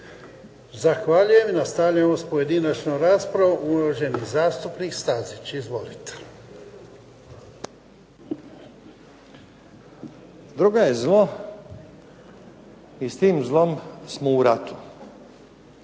Zahvaljujem. Nastavljamo s pojedinačnom raspravom. Uvaženi zastupnik Stazić. Izvolite. **Stazić, Nenad (SDP)** Droga je zlo i s tim zlom smo u ratu,